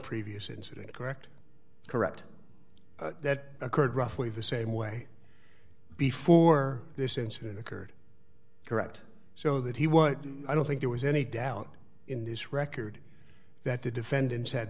previous incident correct correct that occurred roughly the same way before this incident occurred correct so that he what i don't think there was any doubt in this record that the defendants had